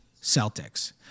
Celtics